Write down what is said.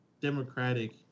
democratic